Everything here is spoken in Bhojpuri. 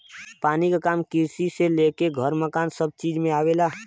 पानी क काम किरसी से लेके घर मकान सभ चीज में आवेला